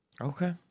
Okay